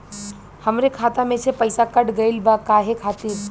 हमरे खाता में से पैसाकट गइल बा काहे खातिर?